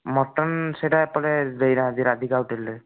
mutton ସେଇଟା ଏଇପଟେ ଦେଇନାହାନ୍ତି ରାଧିକା ହୋଟେଲରେ